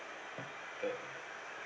uh